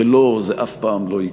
שלו זה אף פעם לא יקרה.